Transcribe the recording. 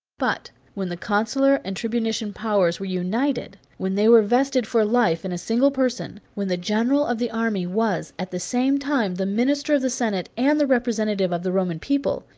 but when the consular and tribunitian powers were united, when they were vested for life in a single person, when the general of the army was, at the same time, the minister of the senate and the representative of the roman people,